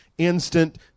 Instant